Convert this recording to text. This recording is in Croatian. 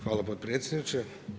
Hvala potpredsjedniče.